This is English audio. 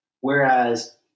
Whereas